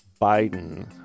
Biden